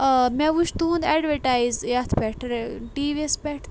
آ مےٚ وٕچھ تُہُنٛد ایڈوَٹایِز یَتھ پٮ۪ٹھ ٹی وییَس پٮ۪ٹھ تہٕ